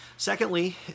Secondly